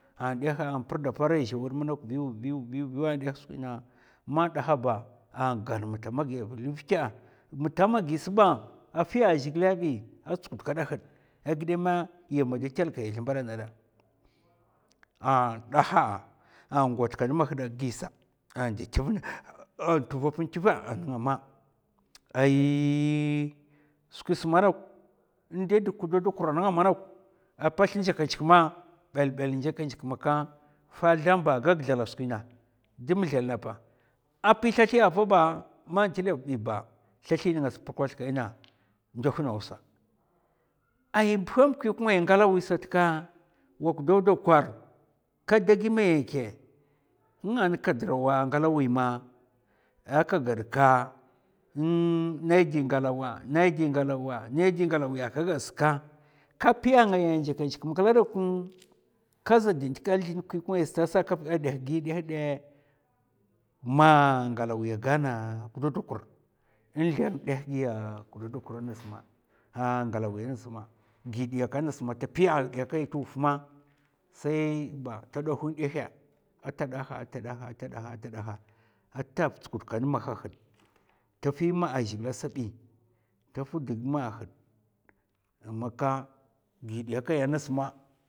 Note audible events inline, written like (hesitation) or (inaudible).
An ndèhè a pra ɗa pa ara zhèwèd ma nok viw viw viw wa an ndèh skwi na, man ndaha ba a gan matamaghi va luvvita matamaghi sba a fya zhègilè bi, a tsudkada had a ghidè ma yam da tèlkya zlèbad ana ghada a ndaha a ngwad kan ma hda gisa an dè tuvèp ntuvè a nènga ma (hesitation) skwis madauk in ndèdi klokokur a nènga manok a pètsh zhèkèzhèk bèl bèl zhèkèzhèk maka fad zlam ɓa gaglala skwina zlumthana pa, a pi slathi pa ba ma tlè vbi ɓa slathi nènga purkwath kèna ndh naw sa ai in buhèm kwik ngai ngalawi sat ka wak gau dakwar kèdè ghi maya kè? Nga na ka draw ngalawi ma a ka ghad ka (hesitation) nai di ngalawa nai di ngalawa nai di ngalawa, ka ghad ska ka piya ngaya a zhèkèzhèk ma kla dauk, kaza da ndika zlin kwèk ngaya sat sa a kè ndèh gi in ndèhndèh gi ndèh dè mèy ngalawi a gana klokokur in zlèr ndèh giya klokokur ngas ma a ngalawi ngas ma. gi diyak ngas ma ta piya ndiyakai tu wuf ma sai ba ta nduhnduhè a ta dha a ta dha a ta dha a ta tswudkan ma a hahad ta fima a zhigilè sabi ta fad ma haè maka ghi diyakaya ngas ma,